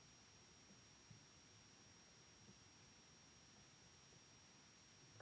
Tak.